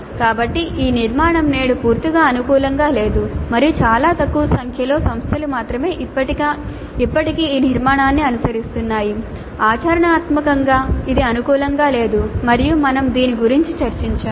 కాబట్టి ఈ నిర్మాణం నేడు పూర్తిగా అనుకూలంగా లేదు మరియు చాలా తక్కువ సంఖ్యలో సంస్థలు మాత్రమే ఇప్పటికీ ఈ నిర్మాణాన్ని అనుసరిస్తున్నాయి ఆచరణాత్మకంగా ఇది అనుకూలంగా లేదు మరియు మేము దీని గురించి చర్చించము